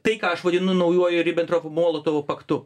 tai ką aš vadinu naujuoju ribentropo molotovo paktu